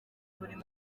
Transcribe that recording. buri